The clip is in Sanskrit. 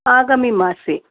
आगामिमासे